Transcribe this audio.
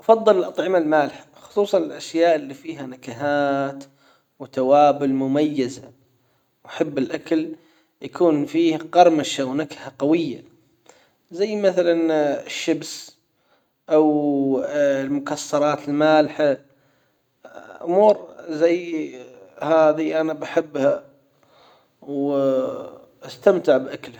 أفضل الأطعمة المالحة خصوصًا الأشياء اللي فيها نكهات وتوابل مميزة وأحب الأكل يكون فيه قرمشة ونكهة قوية زي مثلًا الشبس أو المكسرات المالحة أمور زي هذي انا بحبها و أستمتع بأكلها.